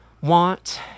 want